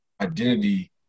identity